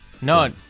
No